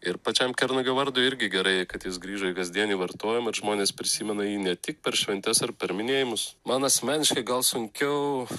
ir pačiam kernagio vardui irgi gerai kad jis grįžo į kasdienį vartojimą ir žmonės prisimena jį ne tik per šventes ar per minėjimus man asmeniškai gal sunkiau